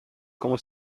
como